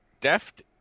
Deft